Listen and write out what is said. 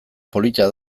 polita